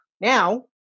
Now